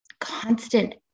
constant